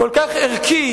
כל כך ערכי,